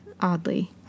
oddly